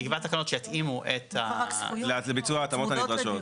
יקבע תקנות שיתאימו --- לביצוע ההתאמות הנדרשות.